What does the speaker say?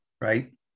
Right